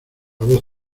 voz